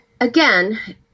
again